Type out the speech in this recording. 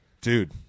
dude